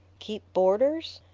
keep boarders?